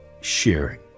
sharing